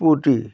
scooty